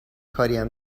کاریم